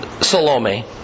Salome